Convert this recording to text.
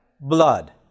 blood